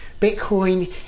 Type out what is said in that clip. Bitcoin